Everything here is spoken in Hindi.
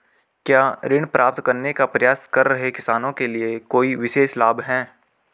क्या ऋण प्राप्त करने का प्रयास कर रहे किसानों के लिए कोई विशेष लाभ हैं?